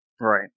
Right